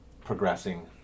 progressing